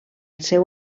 seu